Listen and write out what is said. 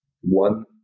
one